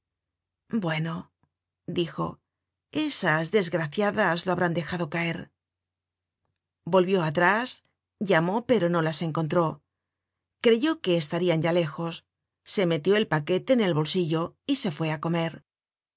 bueno dijo esas desgraciadas lo habrán dejado caer volvió atrás llamó pero no las encontró creyó que estarian ya jejos se metió el paquete en el bolsillo y se fué á comer